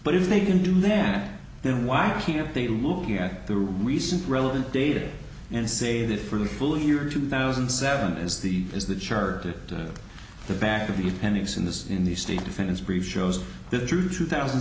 but if they can do that then why are they looking at the recent relevant data and say that for the full year two thousand and seven is the is the chart to the back of the appendix in this in the state defense brief shows that through two thousand